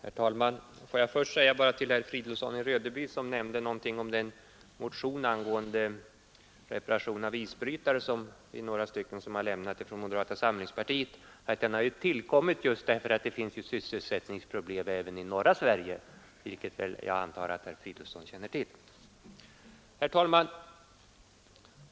Herr talman! Får jag först säga ett par ord till herr Fridolfsson i Rödeby som nämnde något om den motion angående reparation av isbrytare som vi några stycken från moderata samlingspartiet har avlämnat. Motionen har tillkommit just därför att det finns stora sysselsättningsproblem även i norra Sverige, vilket jag antar att herr Fridolfsson känner till.